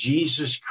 Jesus